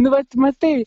nu vat matai